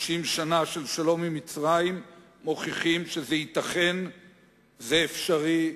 30 שנה של שלום עם מצרים מוכיחות שזה ייתכן וזה אפשרי,